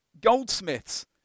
goldsmiths